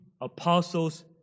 apostles